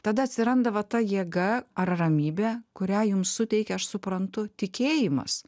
tada atsiranda va ta jėga ar ramybė kurią jums suteikė aš suprantu tikėjimas